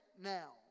now